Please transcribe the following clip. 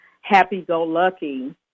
happy-go-lucky